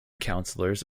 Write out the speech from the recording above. councillors